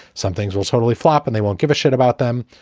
some things will totally flop and they won't give a shit about them.